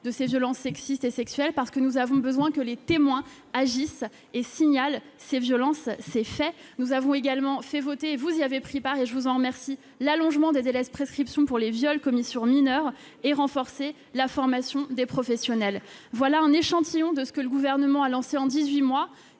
de ces violences sexistes et sexuelles, parce que nous avons besoin qu'ils agissent et signalent ces violences. Nous avons également fait voter- vous y avez pris part et je vous en remercie -l'allongement des délais de prescription pour les viols commis sur mineur et renforcé la formation des professionnels. Voilà un échantillon de ce que le Gouvernement a lancé en dix-huit